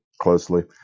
closely